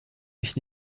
mich